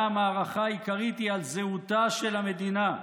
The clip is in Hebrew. שבה המערכה העיקרית היא על זהותה של המדינה.